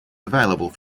available